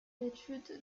d’étude